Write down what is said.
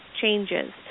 changes